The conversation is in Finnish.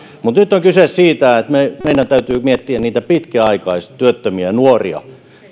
mutta nyt on kyse siitä että meidän täytyy miettiä pitkäaikaistyöttömiä nuoria